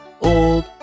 old